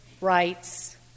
rights